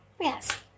Yes